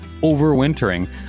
overwintering